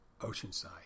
Oceanside